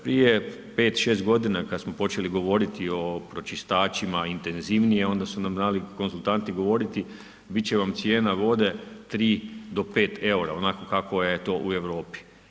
Prije 5, 6 godina kada smo počeli govoriti o pročistačima intenzivnije onda su nam znali konzultanti govoriti, biti će vam cijena vode 3 do 5 eura, onako kako je u Europi.